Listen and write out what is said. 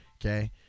Okay